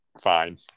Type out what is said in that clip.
fine